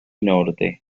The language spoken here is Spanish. norte